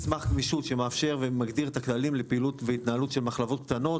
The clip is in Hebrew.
מסמך גמישות שמאפשר ומגדיר את הכללים לפעילות והתנהלות של מחלבות קטנות.